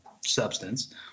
substance